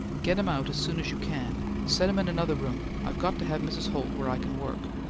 get him out as soon as you can. set him in another room. i've got to have mrs. holt where i can work.